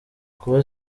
kuba